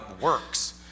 works